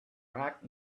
back